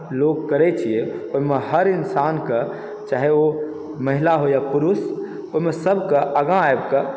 लोग करै छियै ओहिमे हर इन्सान कऽ चाहे ओ महिला हो या पुरुष ओहिमे सबके आगा आबि कऽ